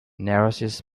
nourishes